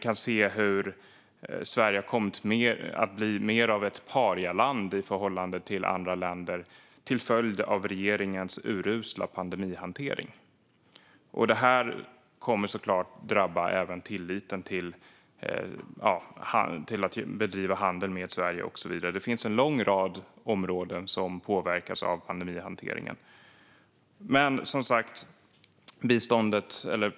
Sverige har också kommit att bli ett parialand i förhållande till andra länder till följd av regeringens urusla pandemihantering. Detta kommer givetvis drabba handeln med Sverige och så vidare. Pandemihanteringen påverkar många områden.